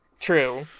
True